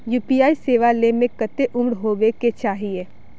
UPI सेवा ले में कते उम्र होबे के चाहिए?